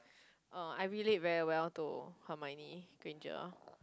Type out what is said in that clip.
uh I relate very well to Hermione-Granger